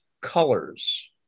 colors